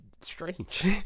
strange